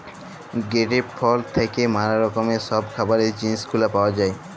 grape ফল থ্যাইকে ম্যালা রকমের ছব খাবারের জিলিস গুলা পাউয়া যায়